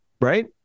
right